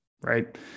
Right